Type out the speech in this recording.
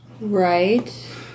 Right